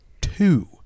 two